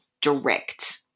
direct